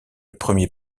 premier